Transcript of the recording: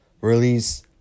Release